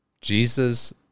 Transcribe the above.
Jesus